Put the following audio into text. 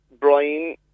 Brian